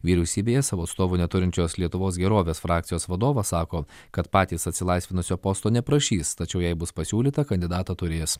vyriausybėje savo atstovų neturinčios lietuvos gerovės frakcijos vadovas sako kad patys atsilaisvinusio posto neprašys tačiau jei bus pasiūlytą kandidatą turės